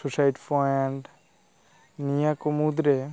suicide point ᱱᱤᱭᱟ ᱠᱚ ᱢᱩᱫᱽᱨᱮ